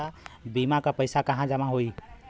बीमा क पैसा कहाँ जमा होई?